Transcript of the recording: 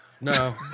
No